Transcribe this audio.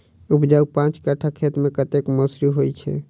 उपजाउ पांच कट्ठा खेत मे कतेक मसूरी होइ छै?